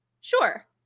Sure